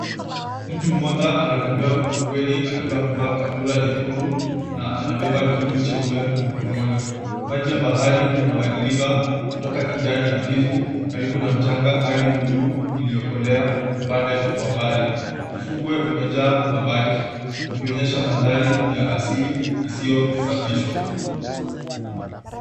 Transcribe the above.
Mtu mmoja anatembea ufukweni akiwa amevaa kaptura nyekundu na anabeba kitu cheupe mkononi. Maji ya bahari yanabadilika kutoka kijani hafifu karibu na mchanga, hadi buluu iliyokolea upande wa mbali. Ufukwe umejaa mabaki, ukionyesha mandhari ya asili isiyosafishwa.